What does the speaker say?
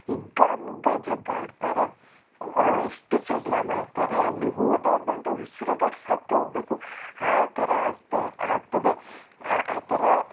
ಹಿಗ್ಗಾಮುಗ್ಗಾ ಜಗ್ಗಡ್ತಾರೆ ಎಷ್ಟು ಜಗಳ ಮಾಡ್ತಾರೆ ಅಲ್ಲಿ ಹೋದವರ್ದಂತೂ ಉಸಿರು ಗಟ್ಟಿ ಸತ್ತುಹೋಗ್ಬೇಕು ಆ ಥರ ಆಗ್ತ ಆಗ್ತದೆ ಆ ಥರ